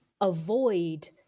avoid